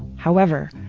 however,